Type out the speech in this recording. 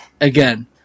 again